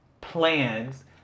plans